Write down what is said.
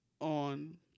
on